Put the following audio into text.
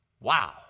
Wow